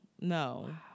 no